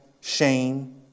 shame